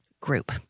group